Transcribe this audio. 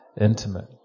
intimate